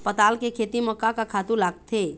पताल के खेती म का का खातू लागथे?